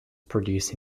produce